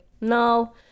no